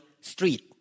Street